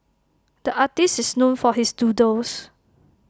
the artist is known for his doodles